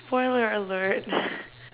spoiler alert